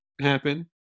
happen